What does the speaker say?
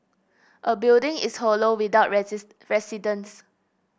a building is hollow without residents